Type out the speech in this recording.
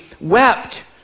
wept